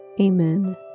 Amen